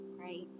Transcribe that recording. right